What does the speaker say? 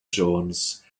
jones